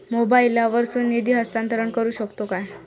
मोबाईला वर्सून निधी हस्तांतरण करू शकतो काय?